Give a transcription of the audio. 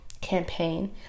campaign